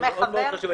מאוד חשוב.